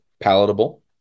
palatable